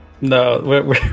No